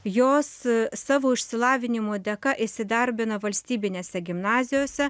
jos savo išsilavinimo dėka įsidarbina valstybinėse gimnazijose